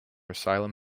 asylum